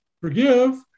forgive